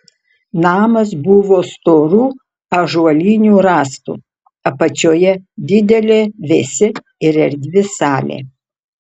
namas buvo storų ąžuolinių rąstų apačioje didelė vėsi ir erdvi salė